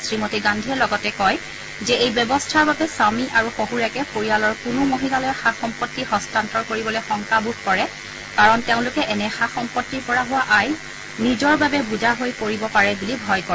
শ্ৰীমতী গান্ধীয়ে লগতে কয় যে এই ব্যৱস্থাৰ বাবে স্বমী আৰু শহুৰেকে পৰিয়ালৰ কোনো মহিলালৈ সা সম্পত্তি হস্তান্তৰ কৰিবলৈ শংকাবোধ কৰে কাৰণ তেওঁলোকে এনে সা সম্পত্তিৰ পৰা হোৱা আয় নিজৰ বাবে বোজা হৈ পৰিব পাৰে বুলি ভয় কৰে